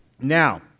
Now